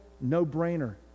no-brainer